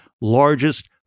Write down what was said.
largest